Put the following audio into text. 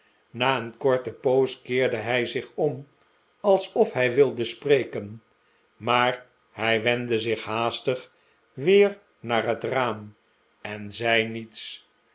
na een korte poos keerde hij zich om alsof hij wilde spreken maar hij wendde zich haastig weer naar het raam en zei niets